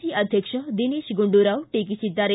C ಅಧ್ಯಕ್ಷ ದಿನೇತ್ ಗುಂಡೂರಾವ್ ಟೀಕಿಸಿದ್ದಾರೆ